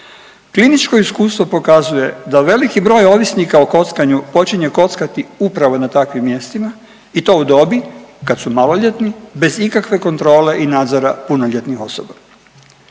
Kliničko iskustvo pokazuje da veliki broj ovisnika o kockanju počinje kockati upravo na takvim mjestima i to u dobi kad su maloljetni bez ikakve kontrole i nadzora punoljetnih osoba.